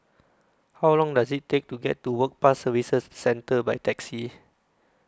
How Long Does IT Take to get to Work Pass Services Centre By Taxi